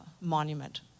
monument